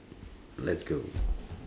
let's go